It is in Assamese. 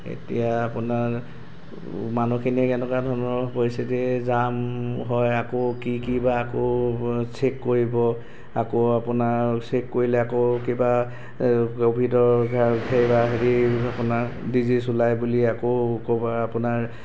এতিয়া অপোনাৰ মানুহখিনিক এনেকুৱা ধৰণৰ পৰিস্থিতি যাম হয় আকৌ কি কি বা আকৌ চেক কৰিব আকৌ আপোনাৰ চেক কৰিলে আকৌ কিবা ক'ভিডৰ এয়া সেইয়া হেৰিৰ আপোনাৰ ডিজিছ ওলাই বুলি আকৌ ক'ৰবাৰ আপোনাৰ